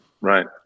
right